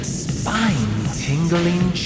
spine-tingling